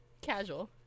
Casual